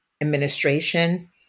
administration